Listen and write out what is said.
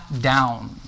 down